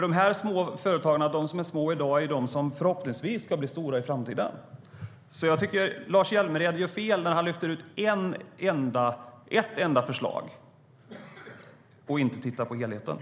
De företag som är små i dag ska ju förhoppningsvis bli stora i framtiden. Jag tycker alltså att Lars Hjälmered gör fel när han lyfter ut ett enda förslag och inte tittar på helheten.